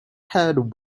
head